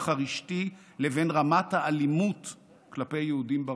הרשתי לבין רמת האלימות כלפי יהודים ברחוב.